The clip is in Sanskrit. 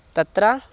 तत्र